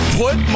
put